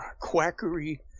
Quackery